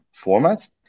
formats